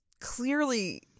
clearly